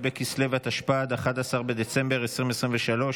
שמונה בעד, אין מתנגדים, אין נמנעים.